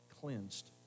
cleansed